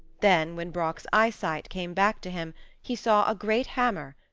then when brock's eyesight came back to him he saw a great hammer,